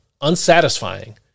unsatisfying